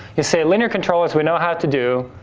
you see, linear control as we know how to do,